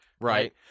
Right